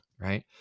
right